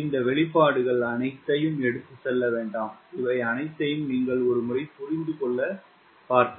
இந்த வெளிப்பாடுகள் அனைத்தையும் எடுத்துச் செல்ல வேண்டாம் இவை அனைத்தையும் நீங்கள் ஒரு முறை புரிந்து கொள்ள பார்க்க வேண்டும்